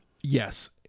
Yes